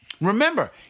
Remember